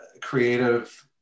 creative